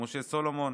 משה סולומון,